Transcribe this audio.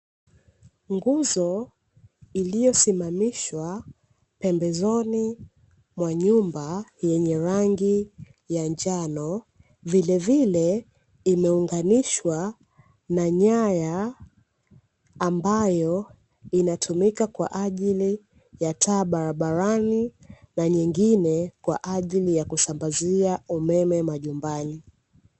Nguzo iliyosimamishwa pembezoni mwa nyumba yenye rangi ya njano, vilevile imeunganishwa na nyaya ambayo inatumika kwa ajili ya taa barabarani, na nyingine kwa ajili ya kusambazia umeme majumbani.